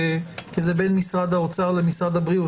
זה בין משרדי האוצר לבריאות.